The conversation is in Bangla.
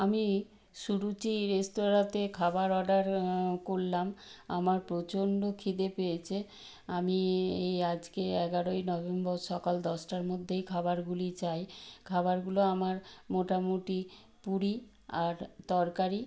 আমি সুরুচি রেস্তোরাঁতে খাবার অর্ডার করলাম আমার প্রচণ্ড খিদে পেয়েছে আমি এই আজকে এগারোই নভেম্বর সকাল দশটার মধ্যেই খাবারগুলি চাই খাবারগুলো আমার মোটামোটি পুরি আর তরকারি